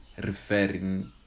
Referring